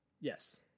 yes